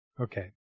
Okay